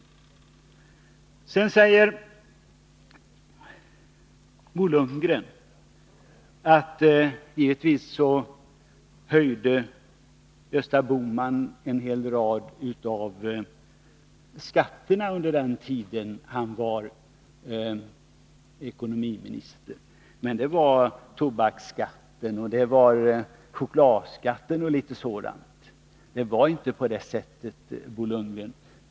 Bo Lundgren säger att Gösta Bohman givetvis höjde en hel rad skatter under den tid han var ekonomiminister, men det var tobaksskatten, chokladskatten och litet sådant. Det var inte på det sättet, Bo Lundgren.